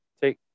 take